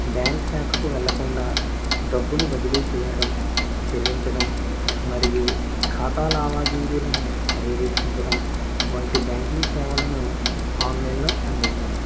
bank శాఖకు వెళ్ళకుండా డబ్బును బదిలీ చేయడం చెల్లించడం మరియు ఖాతా లావాదేవీలను పర్యవేక్షించడం వంటి బ్యాంకింగ్ సేవలను ఆన్లైన్ లో అందించడం